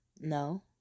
No